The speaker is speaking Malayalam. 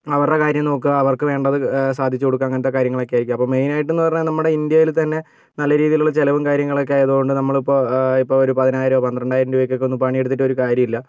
അവരുടെ കാര്യം നോക്കുക അവർക്ക് വേണ്ടത് സാധിച്ച് കൊടുക്കുക അങ്ങനത്തെ കാര്യങ്ങളൊക്കെയായിരിക്കും അപ്പോൾ മെയിനായിട്ടെന്ന് പറഞ്ഞാൽ നമ്മുടെ ഇന്ത്യയിൽ തന്നെ നല്ല രീതിയിലുള്ള ചിലവും കാര്യങ്ങളൊക്കെ ആയതുകൊണ്ട് നമ്മൾ ഇപ്പോൾ ഒരു പതിനായിരമോ പന്ത്രണ്ടായിരം രൂപക്കക്കൊന്നും പണി എടിത്തിട്ട് ഒരു കാര്യമില്ല